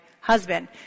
husband